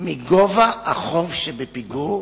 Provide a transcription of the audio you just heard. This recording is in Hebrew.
מגובה החוב שבפיגור,